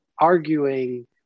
arguing